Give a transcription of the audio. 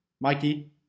Mikey